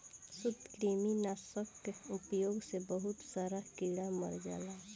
सूत्रकृमि नाशक कअ उपयोग से बहुत सारा कीड़ा मर जालन